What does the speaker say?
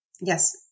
Yes